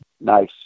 Nice